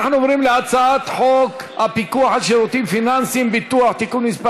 אנחנו עוברים להצעת חוק הפיקוח על שירותים פיננסיים (ביטוח) (תיקון מס'